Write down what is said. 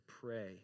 pray